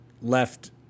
left